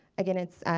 again it's,